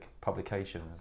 publication